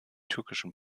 türkischen